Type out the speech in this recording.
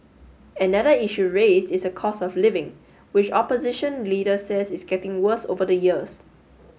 another issue raised is the cost of living which opposition leaders says is getting worse over the years